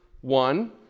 one